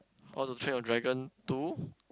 How to Train Your Dragon Two